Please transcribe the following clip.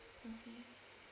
mmhmm